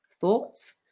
thoughts